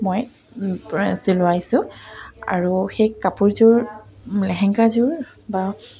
মই চিলুৱাইছো আৰু সেই কাপোৰযোৰ লেহেংগাযোৰ বা